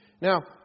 Now